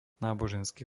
náboženský